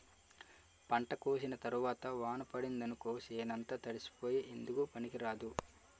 పంట కోసిన తరవాత వాన పడిందనుకో సేనంతా తడిసిపోయి ఎందుకూ పనికిరాదు